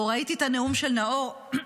או, ראיתי את הנאום של נאור בנושא